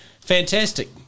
Fantastic